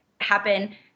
happen